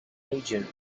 lager